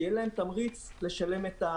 שיהיה להם תמריץ לשלם.